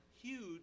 huge